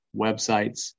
websites